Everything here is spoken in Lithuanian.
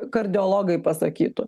kardiologai pasakytų